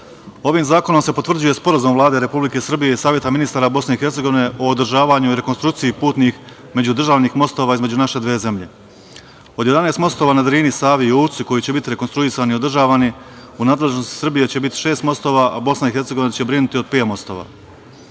ovim zakonom se potvrđuje Sporazum Vlade Republike Srbije i Saveta ministara Bosne i Hercegovine o održavanju i rekonstrukciji putnih međudržavnih mostova između naše dve zemlje. Od 11 mostova na Drini, Savi i Uvcu, koji će biti rekonstruisani i održavani, u nadležnosti Srbije će biti šest mostova, a Bosna i Hercegovina će brinuti o pet mostova. Srbija